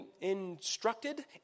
instructed